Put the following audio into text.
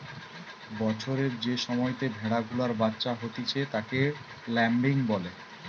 বছরের যে সময়তে ভেড়া গুলার বাচ্চা হতিছে তাকে ল্যাম্বিং বলে